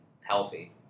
healthy